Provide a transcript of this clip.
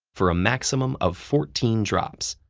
for a maximum of fourteen drops.